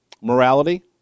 morality